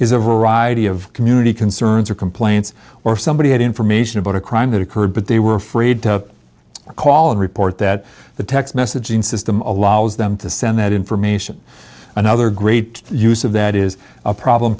a variety of community concerns or complaints or somebody had information about a crime that occurred but they were afraid to call and report that the text messaging system allows them to send that information another great use of that is a problem